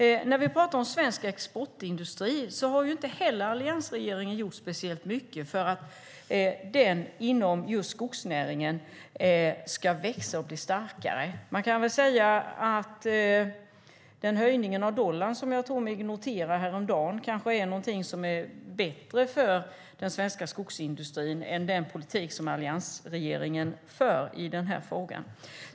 Inte heller inom svensk exportindustri har alliansregeringen gjort speciellt mycket för att skogsnäringen ska växa och bli starkare. Höjningen av dollarn som jag noterade häromdagen är kanske bättre för den svenska skogsindustrin än den politik som allianregeringen för i denna fråga.